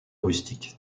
rustique